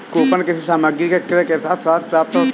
coupon किसी सामग्री के क्रय के साथ प्राप्त होता है